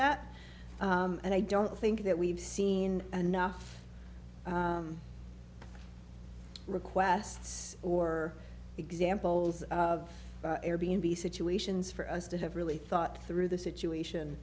that and i don't think that we've seen enough requests or examples of air b n b situations for us to have really thought through the situation